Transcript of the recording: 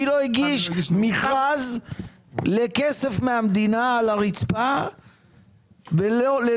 מי לא הגיש למכרז לכסף מהמדינה על הרצפה וללא